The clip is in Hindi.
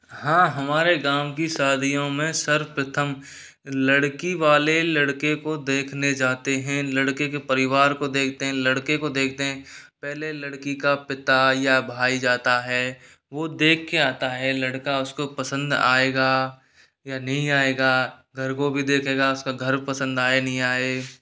हाँ हमारे गाँव की शादियों में सर्वप्रथम लड़की वाले लड़के को देखने जाते हैं लड़के के परिवार को देखते हैं लड़के को देखते हैं पहले लड़की का पिता या भाई जाता है वो देख के आता है लड़का उसको पसंद आएगा या नही आएगा घर को भी देखेगा उसका घर पसंद आए नहीं आए